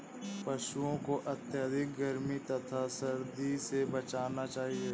पशूओं को अत्यधिक गर्मी तथा सर्दी से बचाना चाहिए